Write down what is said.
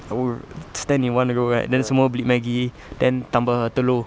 err stand in one row right then semua beli maggi then tambah telur